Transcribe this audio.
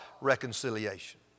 reconciliation